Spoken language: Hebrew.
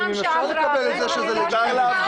לגיטימיים אפשר לקבל את זה שזה לא לגיטימי.